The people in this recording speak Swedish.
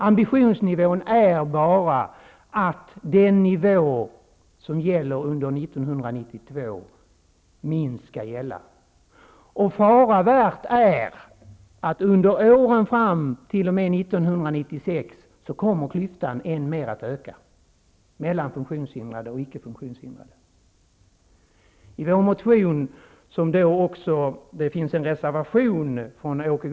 Ambitionen är bara att lägst den nivå som gäller under 1992 skall gälla. Det är fara värt att under åren fram till 1996 kommer klyftan än mer att öka mellan funktionshindrade och icke funktionshindrade.